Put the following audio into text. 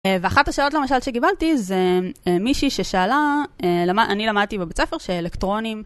ואחת השאלות למשל שקיבלתי זה מישהי ששאלה, אני למדתי בבית ספר שאלקטרונים